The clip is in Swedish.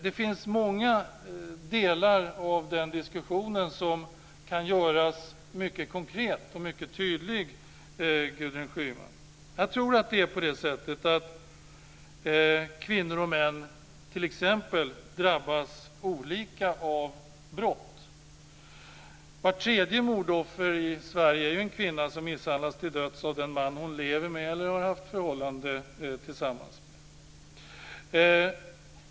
Det finns många delar av den diskussionen som kan göras mycket konkreta och mycket tydliga, Gudrun Schyman. Jag tror att det är på det sättet att kvinnor och män t.ex. drabbas olika av brott. Vart tredje mordoffer i Sverige är ju en kvinna som misshandlas till döds av den man hon lever med eller har haft ett förhållande med.